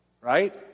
right